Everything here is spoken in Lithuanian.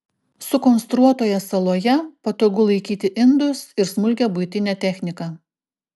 sukonstruotoje saloje patogu laikyti indus ir smulkią buitinę techniką